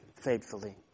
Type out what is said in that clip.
faithfully